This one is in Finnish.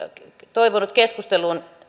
toivonut keskusteluun